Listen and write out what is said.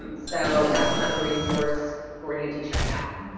um so that's another resource for you to check out.